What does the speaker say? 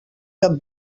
cap